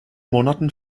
monaten